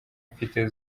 mfite